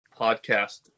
Podcast